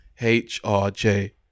H-R-J